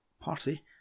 party